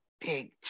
big